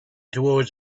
towards